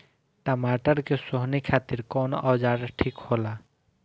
टमाटर के सोहनी खातिर कौन औजार ठीक होला?